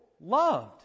loved